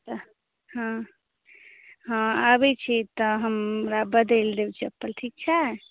तऽ हँ हँ आबै छी तऽ हमरा बदलि देब चप्पल ठीक छै